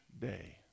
day